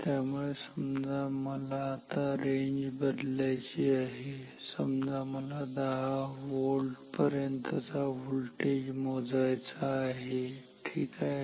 त्यामुळे समजा मला आता रेंज बदलायची आहे समजा मला 10 व्होल्ट पर्यंतचा व्होल्टेज मोजायचा आहे ठीक आहे